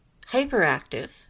hyperactive